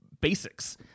basics